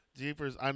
Jeepers